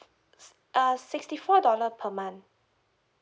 uh sixty four dollar per month